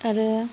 आरो